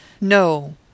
No